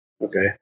okay